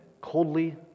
coldly